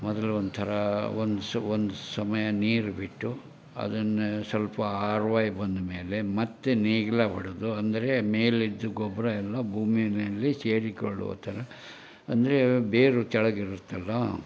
ಮೊದಲು ಒಂಥರ ಒಂದು ಸ್ ಒಂದು ಸಮಯ ನೀರು ಬಿಟ್ಟು ಅದನ್ನು ಸ್ವಲ್ಪ ಹಾರ್ವಯಿ ಬಂದಮೇಲೆ ಮತ್ತೆ ನೇಗಿಲ ಹೊಡೆದು ಅಂದರೆ ಮೇಲಿದ್ದ ಗೊಬ್ಬರ ಎಲ್ಲ ಭೂಮಿಯಲ್ಲಿ ಸೇರಿಕೊಳ್ಳುವ ಥರ ಅಂದರೆ ಬೇರು ಕೆಳಗಿರುತ್ತಲ್ಲ